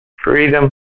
Freedom